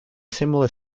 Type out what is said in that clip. similar